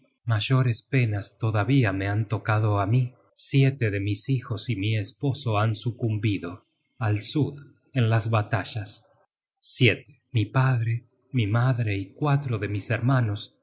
mayores penas todavía me han tocado á mí siete de mis hijos y mi esposo han sucumbido al sud en las batallas mi padre mi madre y cuatro de mis hermanos